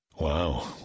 Wow